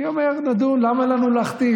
אני אומר נדון, למה לנו להכתיב?